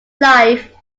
life